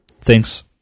Thanks